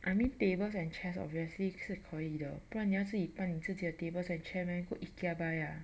I mean tables and chairs obviously 是可以的不然你要搬你自己的 tables and chair meh go Ikea buy ah